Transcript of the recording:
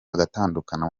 bagatandukana